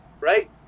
right